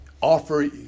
offer